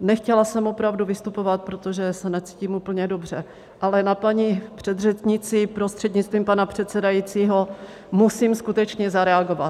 nechtěla jsem opravdu vystupovat, protože se necítím úplně dobře, ale na paní předřečnici, prostřednictvím pana předsedajícího, musím skutečně zareagovat.